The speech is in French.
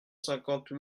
cinquante